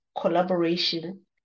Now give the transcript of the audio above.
collaboration